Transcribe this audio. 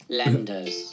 lenders